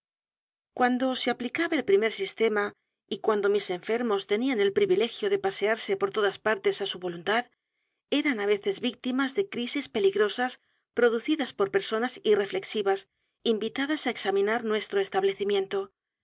cuando se aplicaba el primer sistema y cuando mis enfermos tenían el privilegio de pasearse por todas partes á su voluntad eran a veces víctimas de crisis peligrosas producidas por personas irreflexivas invitadas á examinar nuestro